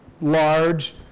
large